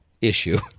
issue